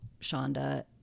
Shonda